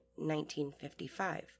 1955